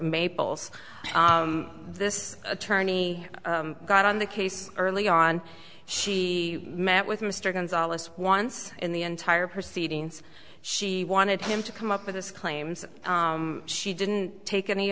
maples this attorney got on the case early on she met with mr gonzales once in the entire proceedings she wanted him to come up with his claims she didn't take any